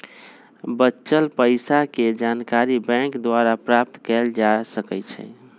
बच्चल पइसाके जानकारी बैंक द्वारा प्राप्त कएल जा सकइ छै